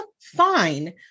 fine